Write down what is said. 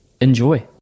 enjoy